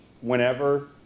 whenever